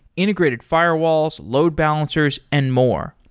integrated firewalls, load balancers and more.